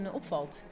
opvalt